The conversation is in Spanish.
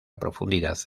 profundidad